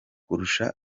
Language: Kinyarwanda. kurusha